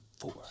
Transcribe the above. four